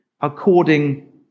according